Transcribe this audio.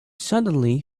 suddenly